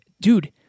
Dude